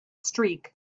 streak